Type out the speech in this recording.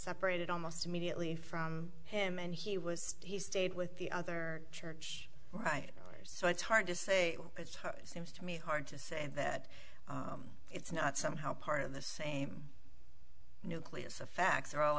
separated almost immediately from him and he was he stayed with the other church right so it's hard to say it's her seems to me hard to say that it's not somehow part of the same nucleus of facts are all